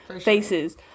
faces